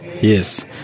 Yes